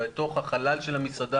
אנחנו נשחרר את המשק?